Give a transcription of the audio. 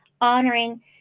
honoring